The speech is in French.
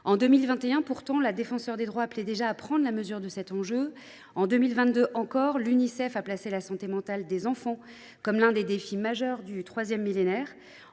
en 2021, la Défenseure des droits appelait à prendre la mesure de cet enjeu. En 2022, l’Unicef a placé la santé mentale des enfants comme l’un des défis majeurs du III millénaire.